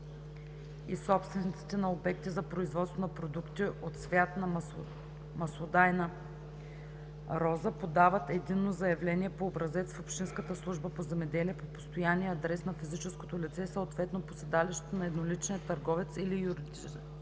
и собствениците на обекти за производство на продукти от цвят на маслодайна роза подават единно заявление по образец в общинската служба по земеделие по постоянния адрес на физическото лице, съответно по седалището на едноличния търговец или юридическото